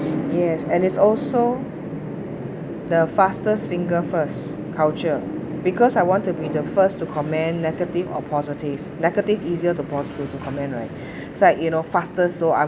yes and is also the fastest fingers first culture because I want to be the first to comment negative or positive negative easier to positive to comment right so you know faster so